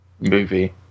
movie